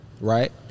Right